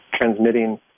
transmitting